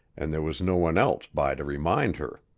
and there was no one else by to remind her.